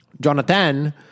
Jonathan